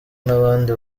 n’abandi